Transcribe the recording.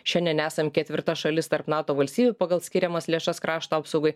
šiandien esam ketvirta šalis tarp nato valstybių pagal skiriamas lėšas krašto apsaugai